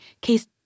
case